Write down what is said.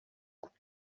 coupe